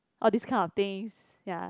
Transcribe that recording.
all these kind of things ya